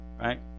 right